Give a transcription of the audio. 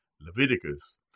Leviticus